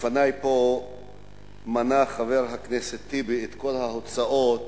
לפני פה מנה חבר הכנסת טיבי את כל ההוצאות